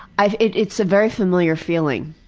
i, it's a very familiar feeling.